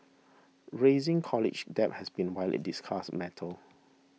raising college debt has been widely discussed metal